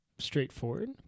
straightforward